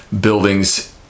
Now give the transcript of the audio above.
buildings